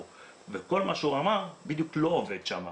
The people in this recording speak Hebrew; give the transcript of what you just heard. וכל מה שהוא אמר, בדיוק לא עובד שם.